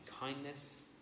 kindness